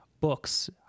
books